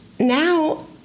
now